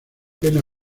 pena